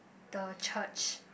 the church